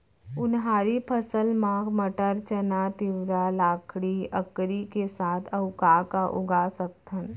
उनहारी फसल मा मटर, चना, तिंवरा, लाखड़ी, अंकरी के साथ अऊ का का उगा सकथन?